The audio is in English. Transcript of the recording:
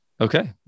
Okay